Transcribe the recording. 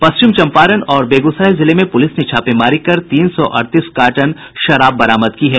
पश्चिम चंपारण और बेगूसराय जिले में पुलिस ने छापेमारी कर तीन सौ अड़तीस कार्टन विदेशी शराब बरामद की है